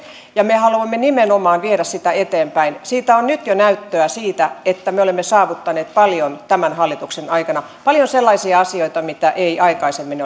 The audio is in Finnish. ja me haluamme nimenomaan viedä sitä eteenpäin siitä on nyt jo näyttöä että me olemme saavuttaneet paljon tämän hallituksen aikana paljon sellaisia asioita mitä ei aikaisemmin